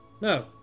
No